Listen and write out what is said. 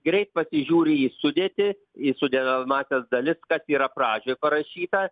greit pasižiūri į sudėtį į sudedamąsias dalis kas yra pradžioj parašyta